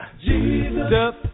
Jesus